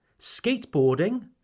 skateboarding